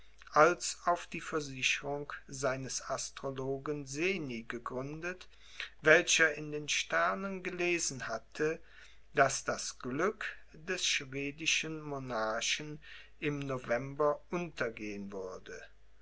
als auf die versicherungen seines astrologen seni gegründet welcher in den sternen gelesen hatte daß das glück des schwedischen monarchen im november untergehen würde